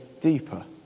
deeper